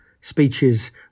speeches